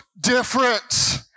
different